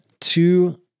two